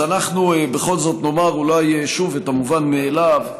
אז אנחנו בכל זאת נאמר אולי שוב את המובן מאליו.